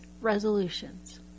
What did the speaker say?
resolutions